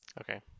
Okay